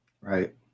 Right